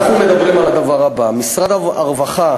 אנחנו מדברים על הדבר הבא: משרד הרווחה,